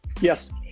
Yes